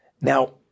now